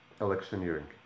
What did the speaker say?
electioneering